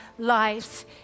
lives